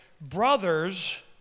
brothers